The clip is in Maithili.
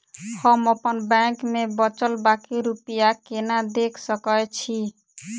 हम अप्पन बैंक मे बचल बाकी रुपया केना देख सकय छी?